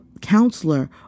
counselor